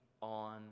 on